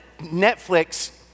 Netflix